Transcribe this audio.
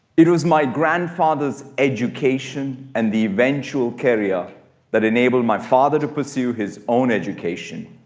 it was my grandfather's education and the eventual career that enabled my father to pursue his own education,